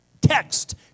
Text